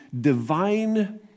divine